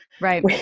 Right